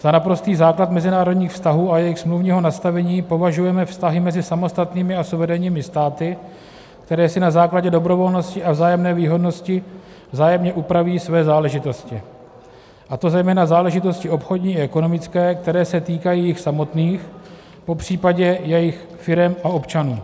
Za naprostý základ mezinárodních vztahů a jejich smluvních nastavení považujeme vztahy mezi samostatnými a suverénními státy, které si na základě dobrovolnosti a vzájemné výhodnosti vzájemně upraví své záležitosti, a to zejména záležitosti obchodní a ekonomické, které se týkají jich samotných, popřípadě jejich firem a občanů.